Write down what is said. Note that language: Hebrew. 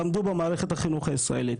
למדו במערכת החינוך הישראלית,